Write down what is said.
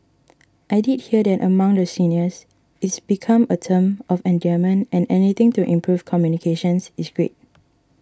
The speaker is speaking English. I did hear that among the seniors it's become a term of endearment and anything to improve communications is great